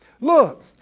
look